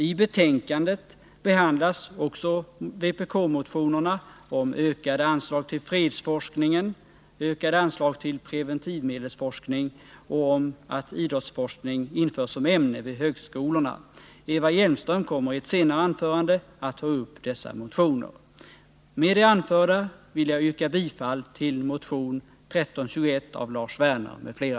I betänkandet behandlas också vpk-motionerna om ökade anslag till fredsforskningen, om ökade anslag till preventivmedelsforskning och om ett införande av idrottsforskning som ämne vid högskolorna. Eva Hjelmström kommer i ett senare anförande att ta upp dessa motioner.